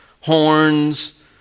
horns